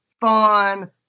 fun